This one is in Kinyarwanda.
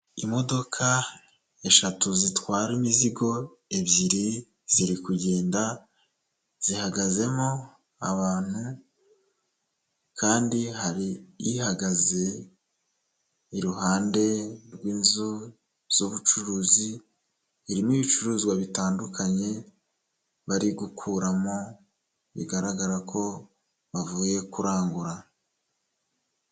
Imodoka eshatu zitwara imizigo, ebyiri ziri kugenda zihagazemo abantu kandi hari ihagaze iruhande rw'inzu z'ubucuruzi, irimo ibicuruzwa bitandukanye, bari gukuramo bigaragara ko bavuye kurangura.